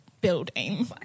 building